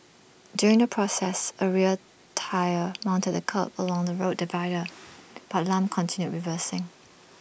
during the process A rear tyre mounted the kerb along the road divider but Lam continued reversing